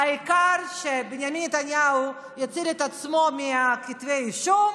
העיקר שבנימין נתניהו יציל את עצמו מכתבי האישום